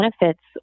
benefits